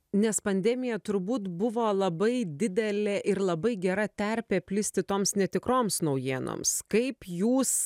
nes pandemija turbūt buvo labai didelė ir labai gera terpė plisti toms netikroms naujienoms kaip jūs